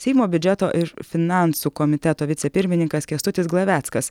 seimo biudžeto ir finansų komiteto vicepirmininkas kęstutis glaveckas